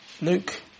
Luke